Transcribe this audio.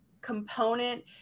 component